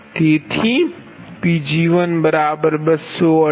તેથી Pg1218